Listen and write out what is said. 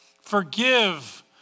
Forgive